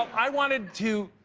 i wanted to